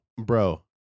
bro